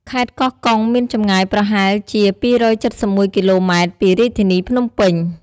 ខេត្តកោះកុង មានចម្ងាយប្រហែលជា២៧១គីឡូម៉ែត្រពីរាជធានីភ្នំពេញ។